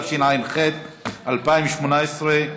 התשע"ח 2018,